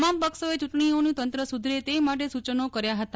તમામ પક્ષોએ ચૂંટણીઓનું તંત્ર સુધરે તે માટે સૂચનો કર્યા હતા